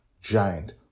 giant